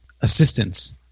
assistance